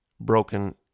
Broken